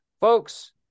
folks